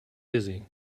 dizzy